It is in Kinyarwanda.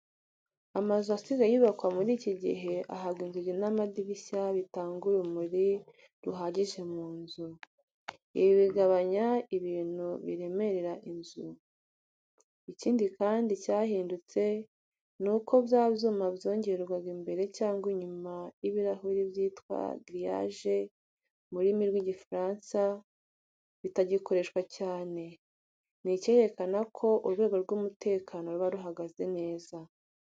Amazu asigaye yubakwa muri iki gihe, ahabwa inzugi n'amadirishya bitanga urumuri ruhagije mu nzu. Ibi bigabanya ibintu biremerera inzu. Ikindi kintu cyahindutse ni uko bya byuma byongerwega imbere cyangwa inyuma y'ibirahure byitwa "grillage" mu rurimi rw'Igifaransa bitagikoreshwa cyane. Ni ikerekana ko urwego rw'umutekano ruba ruhagaze neza.